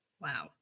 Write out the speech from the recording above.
Wow